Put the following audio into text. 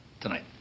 tonight